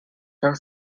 cinq